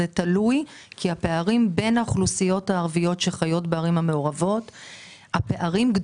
כי הפערים בין האוכלוסיות הערביות שחיות בערים המעורבות גדולים.